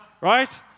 right